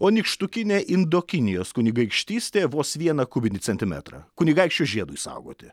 o nykštukinė indokinijos kunigaikštystė vos vieną kubinį centimetrą kunigaikščio žiedui saugoti